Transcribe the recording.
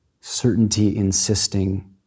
certainty-insisting